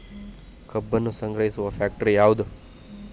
ಕಬ್ಬನ್ನು ಸಂಗ್ರಹಿಸುವ ಫ್ಯಾಕ್ಟರಿ ಯಾವದು?